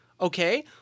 okay